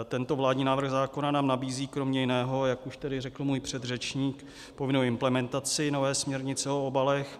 Tento vládní návrh zákona nám nabízí kromě jiného, jak už tady řekl můj předřečník, povinnou implementaci nové směrnice o obalech.